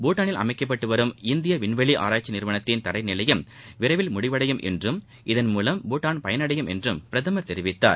பூட்டாளில் அமைக்கப்பட்டு வரும் இந்திய விண்வெளி ஆராய்ச்சி நிறுவனத்தின் தரைநிலையம் விரைவில் முடிவடையும் என்றும் இதன் மூலம் பூட்டான் பயனடையும் என்றும் தெரிவித்தார்